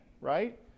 right